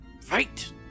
Fight